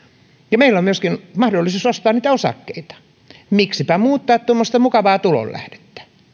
ja myöskin meillä on mahdollisuus ostaa niiden osakkeita miksipä muuttaa tuommoista mukavaa tulonlähdettä